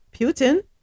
Putin